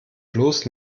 bloß